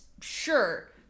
sure